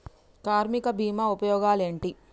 కార్మిక బీమా ఉపయోగాలేంటి?